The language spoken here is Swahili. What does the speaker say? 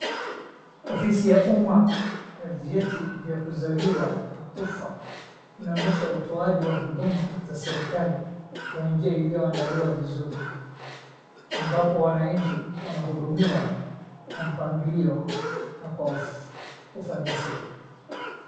Ofisi ya umma ya vyeti vya kuzaliwa na kufa inaonyesha utoaji wa huduma za serikali kwa njia ilioandaliwa vizuri ambapo wananchi wanahudumiwa kwa mpangilio na kwa ufanisi.